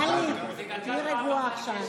טלי, תהיי רגועה עכשיו.